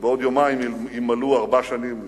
שבעוד יומיים ימלאו ארבע שנים לחטיפתו.